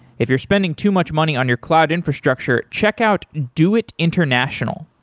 if you're spending too much money on your cloud infrastructure, check out doit international.